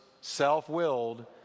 self-willed